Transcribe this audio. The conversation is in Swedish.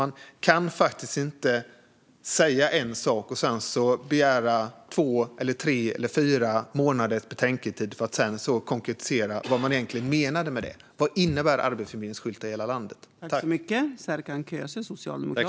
Man kan faktiskt inte säga en sak och sedan begära två, tre eller fyra månaders betänketid för att konkretisera vad man egentligen menade. Vad innebär det att Arbetsförmedlingens skyltar ska finnas i hela landet?